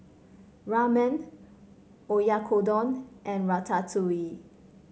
Ramen Oyakodon and Ratatouille